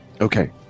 Okay